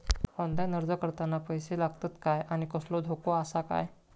Online अर्ज करताना पैशे लागतत काय आनी कसलो धोको आसा काय?